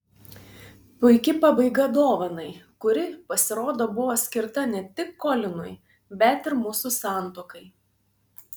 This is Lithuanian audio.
puiki pabaiga dovanai kuri pasirodo buvo skirta ne tik kolinui bet ir mūsų santuokai